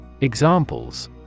Examples